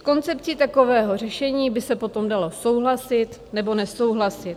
S koncepcí takového řešení by se potom dalo souhlasit, nebo nesouhlasit.